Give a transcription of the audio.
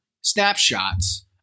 snapshots